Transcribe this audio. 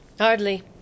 Hardly